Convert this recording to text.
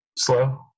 slow